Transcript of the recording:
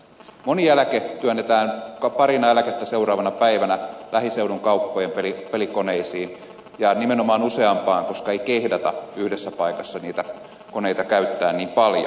moni eläke työnnetään parina eläkettä seuraavana päivänä lähiseudun kauppojen pelikoneisiin ja nimenomaan useampaan koska ei kehdata yhdessä paikassa niitä koneita käyttää niin paljon